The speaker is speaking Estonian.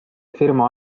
firma